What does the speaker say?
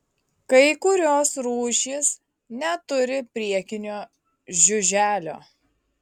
kai kurios rūšys neturi priekinio žiuželio